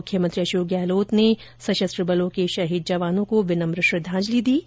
मुख्यमंत्री अशोक गहलोत ने सशस्त्र बलों के शहीद जवानों को विनम्र श्रद्वांजलि दी है